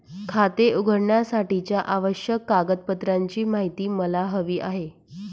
खाते उघडण्यासाठीच्या आवश्यक कागदपत्रांची माहिती मला हवी आहे